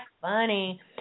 funny